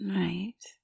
right